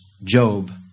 Job